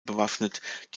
bewaffnet